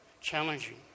challenging